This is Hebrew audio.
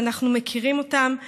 ואנחנו מכירים אותן.